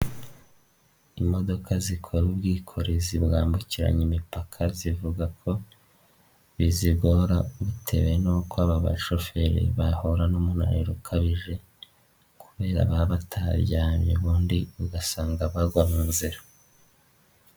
Imodoka zikora ubwikorezi bwambukiranya imipaka zivuga ko bizigora bu bitewe n'uko aba bashoferi bahura n'umunaniro ukabije kubera baba bataryamye ubundi ugasanga bagwa mu nzira.